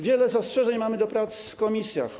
Wiele zastrzeżeń mamy do prac w komisjach.